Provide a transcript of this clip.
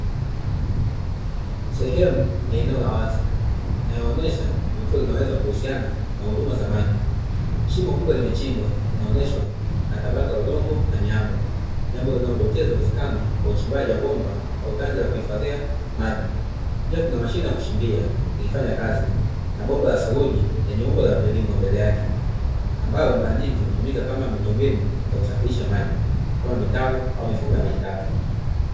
Sehemu ya eneo la wazi, inayoonyesha tukio linaloweza kuhusiana na huduma za maji, shimo kubwa limechimbwa linaonyeshwa na tabaka la udongo na miamba, jambo linadokeza uwezekano wa uchimbaji wa bomba au tanki la kuhifadhia maji. Pia kuna mashine ya kuchimbia ikifanya kazi na bomba la saruji lenye umbo la mviringo mbele yake ambalo mara nyingi hutumika kama miundombinu ya kusafirisha maji kama, mitaro au mifumo ya maji taka.